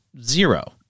zero